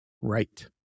Right